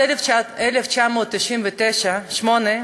בשנת 1998,